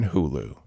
Hulu